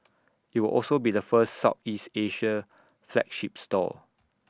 IT will also be the first Southeast Asia flagship store